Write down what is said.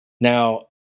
Now